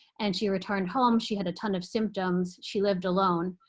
and she returned home. she had a ton of symptoms. she lived alone.